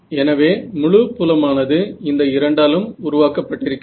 எனவே முழு புலமானது இந்த இரண்டாலும் உருவாக்கப்பட்டிருக்கிறது